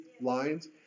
lines